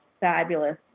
fabulous